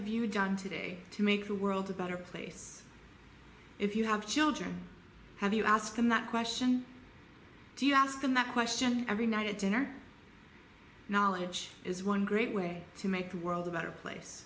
have you done today to make the world a better place if you have children have you asking that question do you ask them that question every night at dinner knowledge is one great way to make the world a better place